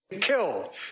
Killed